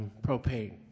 propane